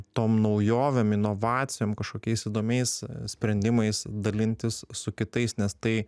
tom naujovėm inovacijom kažkokiais įdomiais sprendimais dalintis su kitais nes tai